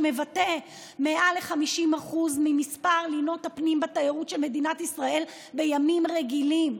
שמבטא מעל 50% ממספר לינות הפנים בתיירות של מדינת ישראל בימים רגילים.